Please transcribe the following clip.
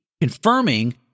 confirming